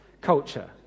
culture